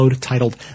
Titled